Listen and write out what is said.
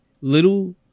little